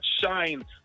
Shine